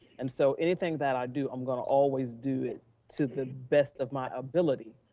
and so anything that i do, i'm gonna always do it to the best of my ability,